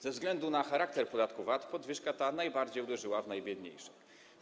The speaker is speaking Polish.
Ze względu na charakter podatku VAT podwyżka ta najbardziej uderzyła w najbiedniejszych.